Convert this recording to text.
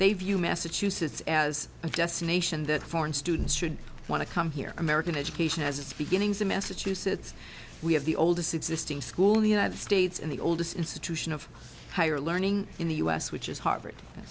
they view massachusetts as a destination that foreign students should want to come here american education has its beginnings in massachusetts we have the oldest existing school the united states and the oldest institution of higher learning in the u s which is harvard